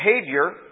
behavior